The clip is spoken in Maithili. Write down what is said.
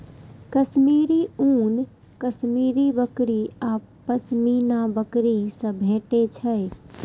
कश्मीरी ऊन कश्मीरी बकरी आ पश्मीना बकरी सं भेटै छै